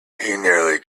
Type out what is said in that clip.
nearly